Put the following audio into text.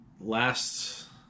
last